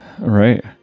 Right